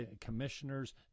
commissioners